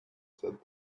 said